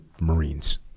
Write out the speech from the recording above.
Marines